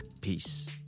Peace